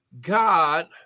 God